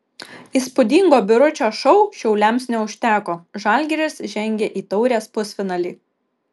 įspūdingo biručio šou šiauliams neužteko žalgiris žengė į taurės pusfinalį